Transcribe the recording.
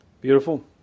Beautiful